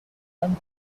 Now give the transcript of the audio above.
and